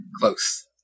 Close